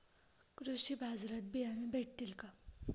कृषी बाजारात बियाणे भेटतील का?